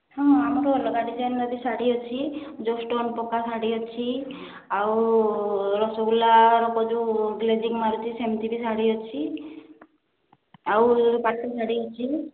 ହଁ ଆମର ଅଲଗା ଡିଜାଇନର ବି ଶାଢ଼ୀ ଅଛି ଯୋଉ ଷ୍ଟୋନ ପକା ଶାଢ଼ୀ ଅଛି ଆଉ ରସଗୁଲାର ରଙ୍ଗ ଯୋଉ ଗ୍ଲେଜିଙ୍ଗ ମାରୁଛି ସେମତି ବି ଶାଢ଼ୀ ଅଛି ଆଉ ପାଟ ଶାଢ଼ୀ ଅଛି